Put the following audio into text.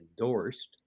endorsed